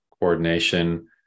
coordination